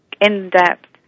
in-depth